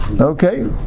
okay